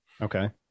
okay